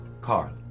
Carl